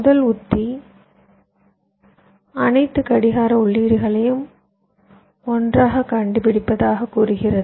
முதல் உத்தி அனைத்து கடிகார உள்ளீடுகளையும் ஒன்றாகக் கண்டுபிடிப்பதாகக் கூறுகிறது